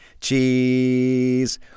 cheese